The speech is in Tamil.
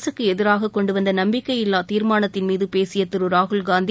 அரசுக்கு எதிராக கொண்டுவந்த நம்பிக்கையில்லா தீர்மானத்தின்மீது பேசிய திரு ராகுல்காந்தி